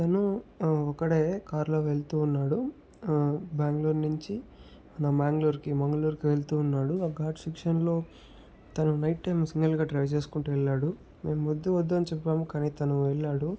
తను ఒక్కడే కార్ లో వెళ్తూ ఉన్నాడు బ్యాంగ్లూర్ నుంచి నా మ్యాంగ్లూర్కి మంగళూరుకి వెళ్తూ ఉన్నాడు ఆ ఘాట్ సెక్షన్ లో తను నైట్ టైం సింగల్ గా డ్రైవ్ చేసుకుంటూ వెళ్ళాడు మేము వద్దు వద్దు అని చెప్పాము కానీ తను వెళ్ళాడు